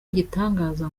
igitangaza